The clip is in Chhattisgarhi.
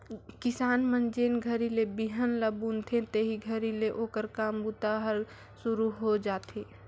किसान मन जेन घरी ले बिहन ल बुनथे तेही घरी ले ओकर काम बूता हर सुरू होए जाथे